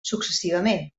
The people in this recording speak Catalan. successivament